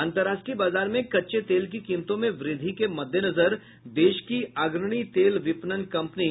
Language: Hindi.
अंतरराष्ट्रीय बाजार में कच्चे तेल की कीमतों में वृद्धि के मद्देनजर देश की अग्रणी तेल विपणन कंपनी